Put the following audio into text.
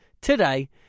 today